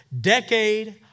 decade